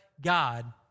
God